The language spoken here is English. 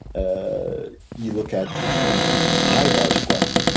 ah you look at high bar squats.